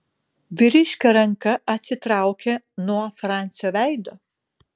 vyriškio ranka atsitraukė nuo francio veido